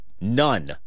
None